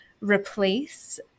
replace